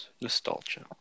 Nostalgia